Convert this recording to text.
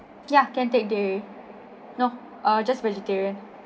yeah can take dairy no just vegetarian